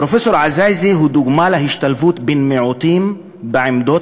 "פרופסור עזאיזה הוא דוגמה להשתלבות בן מיעוטים בעמדות